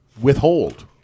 withhold